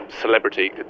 celebrity